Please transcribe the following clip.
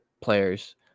players